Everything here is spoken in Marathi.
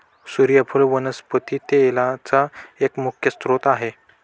सुर्यफुल वनस्पती तेलाचा एक मुख्य स्त्रोत आहे